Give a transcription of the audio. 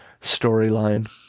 storyline